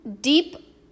deep